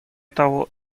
того